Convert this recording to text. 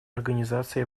организации